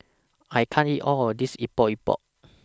I can't eat All of This Epok Epok